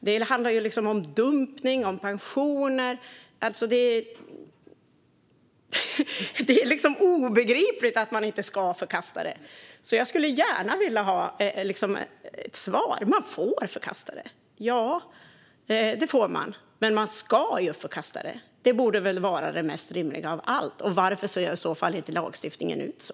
Det är fråga om dumpning och om pensioner. Det är obegripligt att man inte ska förkasta det. Jag vill därför gärna ha ett svar. Här sägs att man får förkasta det. Ja, det får man. Men man ska ju förkasta det. Det borde vara det mest rimliga av allt. Varför ser lagstiftningen i sådana fall inte ut så?